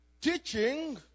teaching